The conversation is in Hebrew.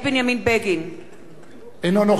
אינו נוכח אריה ביבי,